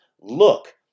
Look